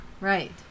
right